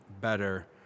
better